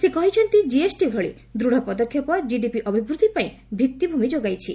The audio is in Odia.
ସେ କହିଛନ୍ତି ଜିଏସ୍ଟି ଭଳି ଦୂଢ଼ ପଦକ୍ଷେପ କିଡିପି ଅଭିବୃଦ୍ଧିପାଇଁ ଭିଭିମି ଯୋଗାଇଛି